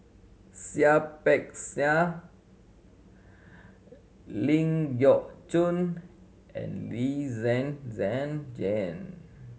Seah Peck Seah Ling Geok Choon and Lee Zhen Zhen Jane